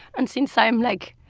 and since i am, like,